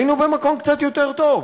היינו במקום קצת יותר טוב.